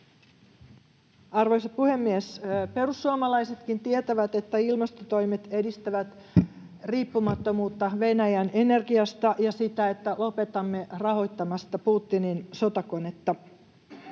Arvoisa puhemies! Perussuomalaisetkin tietävät, että ilmastotoimet edistävät riippumattomuutta Venäjän energiasta ja sitä, että lopetamme rahoittamasta Putinin sotakonetta.